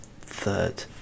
third